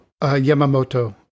Yamamoto